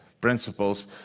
principles